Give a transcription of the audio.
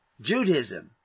Judaism